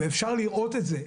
אפשר לראות את זה,